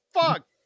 fuck